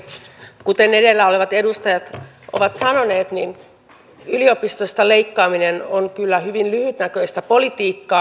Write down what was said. kuten edellä olevat edustajat ovat sanoneet yliopistosta leikkaaminen on kyllä hyvin lyhytnäköistä politiikkaa